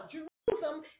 Jerusalem